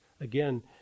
Again